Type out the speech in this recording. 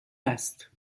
است